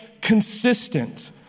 consistent